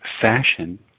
fashion